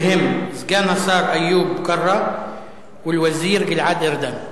והם: סגן השר איוב קרא ואל-וזיר גלעד ארדן.